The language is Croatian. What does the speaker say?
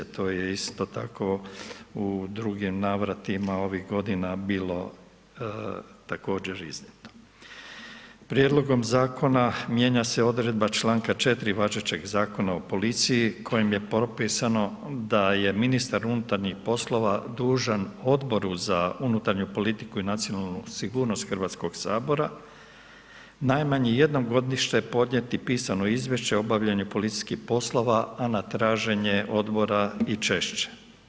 To je isto tako i u drugim navratima ovih godina bila također … Prijedlogom zakona, mijenja se odredba čl. 4. važećeg Zakona o policiji, kojim je propisano da je ministar unutarnjih poslova, dužan Odboru za unutarnju politiku i nacionalnu sigurnost Hrvatskog sabora, najmanje jednom godišnje podnijeti pisano izvješće o obavljanju policijskog poslova, a na traženje Odbora i češće.